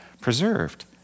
preserved